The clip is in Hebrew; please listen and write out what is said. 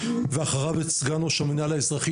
ואחריו את סגן ראש המינהל האזרחי,